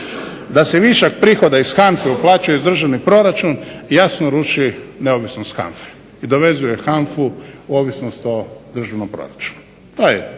da se višak prihoda iz HANFA-e uplaćuje u državni proračun jasno ruši neovisnost HANFA-e i …/Govornik se ne razumije./… u ovisnost o državnom proračunu.